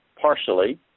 partially